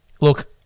look